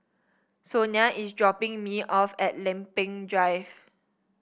Sonia is dropping me off at Lempeng Drive